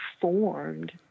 formed